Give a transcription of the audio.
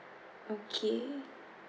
okay